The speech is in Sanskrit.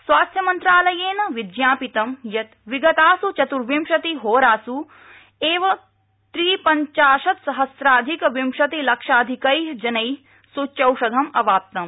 स्वास्थ्यमन्त्रालयेन विज्ञापितं यत् विगतचतुर्विशंतिहोरास् एव त्रि पंचाशत् सहम्राधिक विंशति लक्षाधिक जनै सूच्यौषधम् अवाप्तम्